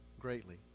greatly